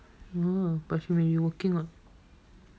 no lah but she may be working [what]